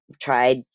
tried